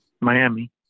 Miami